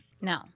No